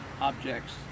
objects